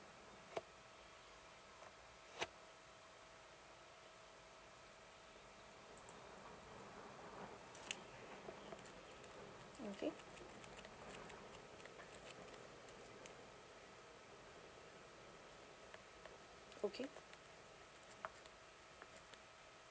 okay okay